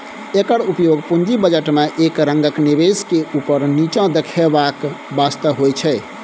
एकर उपयोग पूंजी बजट में एक रंगक निवेश के ऊपर नीचा देखेबाक वास्ते होइत छै